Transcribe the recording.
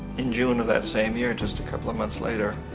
in june of that same year, just a couple of month later,